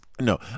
no